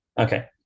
okay